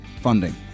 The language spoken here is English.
funding